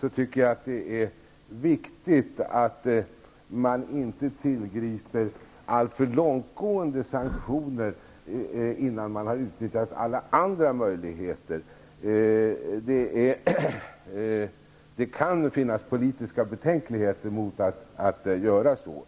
sett tycker att det är viktigt att man inte tillgriper alltför långtgående sanktioner innan man har utnyttjat alla andra möjligheter. Det kan finnas politiska betänkligheter mot att göra så.